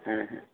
ᱦᱮᱸ ᱦᱮᱸ